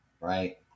right